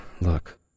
Look